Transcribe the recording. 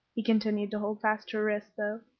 he continued to hold fast to her wrists, though,